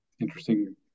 interesting